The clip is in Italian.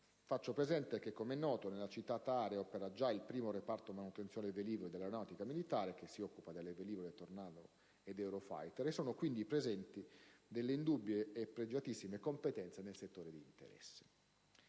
Faccio presente che, come noto, nella citata area opera già il 1° reparto manutenzione velivoli dell'Aeronautica militare, che si occupa dei velivoli Tornado ed *Eurofighter*, e sono quindi presenti indubbie e pregiatissime competenze nel settore di interesse.